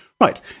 Right